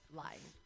lying